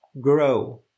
grow